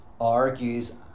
Argues